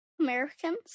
Americans